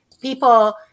people